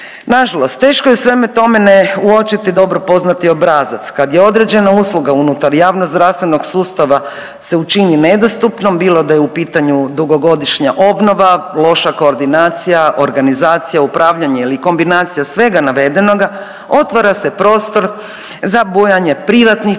Na žalost teško je u svemu tome ne uočiti dobro poznati obrazac. Kad je određena usluga unutar javno-zdravstvenog sustava se učini nedostupnom bilo da je u pitanju dugogodišnja obnova, loša koordinacija, organizacija, upravljanje ili kombinacija svega navedenoga otvara se prostor za bujanje privatnih